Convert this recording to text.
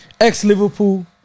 Ex-Liverpool